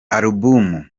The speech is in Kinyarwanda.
alubumu